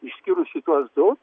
išskyrus šituos du